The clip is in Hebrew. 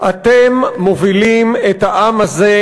התמונה האמיתית,